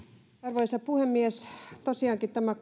arvoisa puhemies tosiaankin tämä